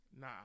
Nah